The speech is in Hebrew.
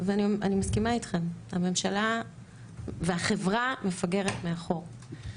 ואני מסכימה אתכן, הממשלה והחברה מפגרת מאחור.